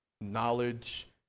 knowledge